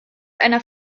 einer